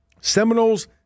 Seminoles